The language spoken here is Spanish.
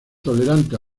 tolerante